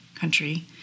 country